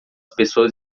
pessoas